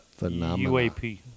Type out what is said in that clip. UAP